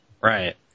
Right